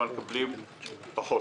אבל מקבלים פחות.